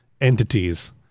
entities